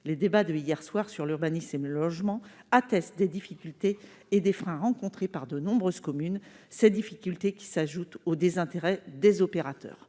nous avons eus hier soir sur l'urbanisme et le logement attestent des difficultés et des freins rencontrés par de nombreuses communes, lesquels s'ajoutent au désintérêt des opérateurs.